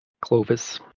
Clovis